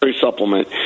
supplement